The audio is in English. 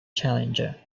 challenger